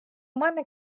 мене